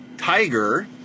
Tiger